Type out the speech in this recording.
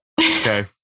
Okay